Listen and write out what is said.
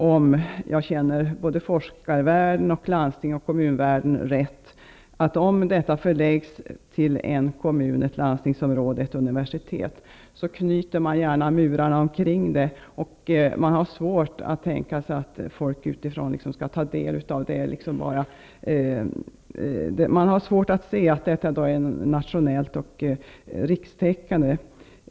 Om Folkhälsoinstitutet förläggs till en kommun, ett landstingsområde eller ett universitet knyter man gärna murarna kring det, om jag känner forskarlandstings och kommunvärlden rätt. Man har där svårt att förstå att folk utifrån skall ta del av institutet och att det skall fungera nationellt och rikstäckande.